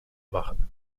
machen